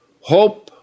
hope